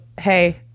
hey-